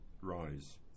rise